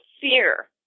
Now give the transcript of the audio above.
fear